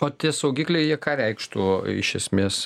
o tie saugikliai jie ką reikštų iš esmės